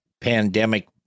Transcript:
pandemic